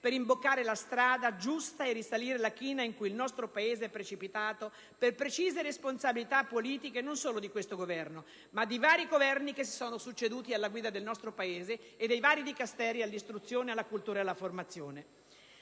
per imboccare la strada giusta e risalire la china in cui il nostro Paese è precipitato per precise responsabilità politiche, non solo di questo Governo, ma di vari Governi che si sono succeduti alla guida del Paese e di vari Dicasteri all'istruzione, alla cultura e alla formazione.